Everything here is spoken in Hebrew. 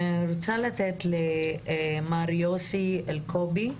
מר יוסי אלקובי,